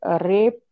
rape